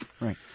Right